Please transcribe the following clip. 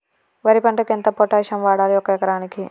వరి పంటకు ఎంత పొటాషియం వాడాలి ఒక ఎకరానికి?